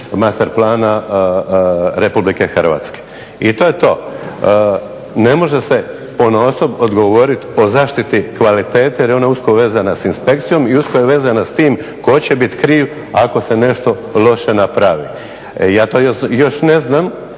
master plana Republike Hrvatske. I to je to. Ne može se ponaosob odgovorit o zaštiti kvalitete jer je ona usko vezana sa inspekcijom i usko je vezana s tim tko će bit kriv ako se nešto loše napravi. Ja to još ne znam